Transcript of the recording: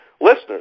listeners